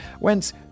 went